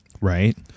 right